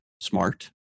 smart